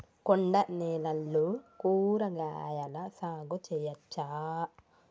కొండ నేలల్లో కూరగాయల సాగు చేయచ్చా?